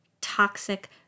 toxic